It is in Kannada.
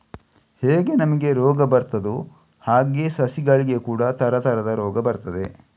ಹೇಗೆ ನಮಿಗೆ ರೋಗ ಬರ್ತದೋ ಹಾಗೇ ಸಸಿಗಳಿಗೆ ಕೂಡಾ ತರತರದ ರೋಗ ಬರ್ತದೆ